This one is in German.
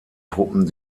truppen